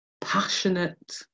passionate